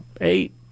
eight